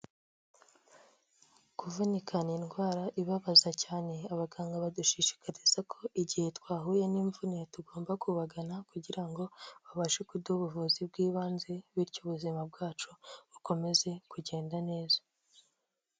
Kuvunika ni indwara ibabaza cyane, abaganga badushishikariza ko igihe twahuye n'imvune, tugomba kubagana kugira ngo babashe kuduha ubuvuzi bw'ibanze, bityo ubuzima bwacu bukomeze kugenda neza.